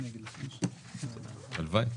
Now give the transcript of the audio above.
הלוואי.